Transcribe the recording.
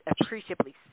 appreciably